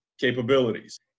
capabilities